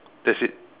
that's it